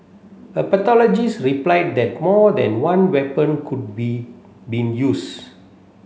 the pathologist replied that more than one weapon could be been used